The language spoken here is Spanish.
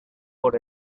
por